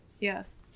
Yes